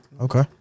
Okay